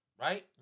right